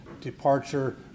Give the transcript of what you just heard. Departure